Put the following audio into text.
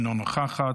אינה נוכחת,